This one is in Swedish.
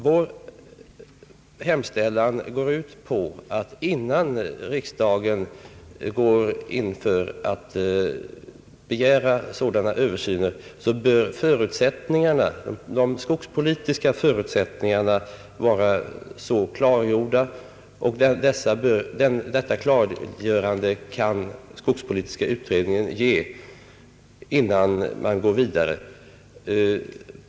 Vår hemställan går ut på att innan riksdagen begär en översyn av förhållandena bör de skogspolitiska förutsättningarna vara klargjorda, och detta klargörande kan skogspolitiska utredningen ge, innan man går vidare.